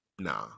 Nah